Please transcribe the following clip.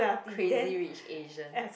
Crazy-Rich-Asian